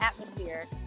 atmosphere